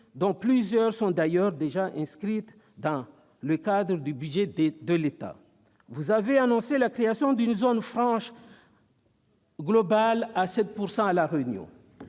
dont plusieurs sont d'ailleurs déjà inscrites dans le budget de l'État. Vous avez ainsi annoncé la création d'une zone franche globale à 7 % à La Réunion.